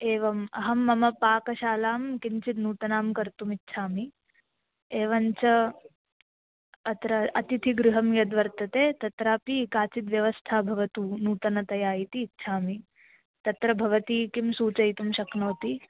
एवम् अहं मम पाकशालां किञ्चित् नूतनां कर्तुमिच्छामि एवञ्च अत्र अतिथिगृहं यद् वर्तते तत्रापि काचित् व्यवस्था भवतु नूतनतया इति इच्छामि तत्र भवति किं सूचयितुं शक्नोति